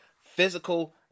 physical